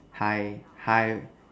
hi hi